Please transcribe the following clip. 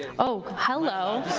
oh, hello.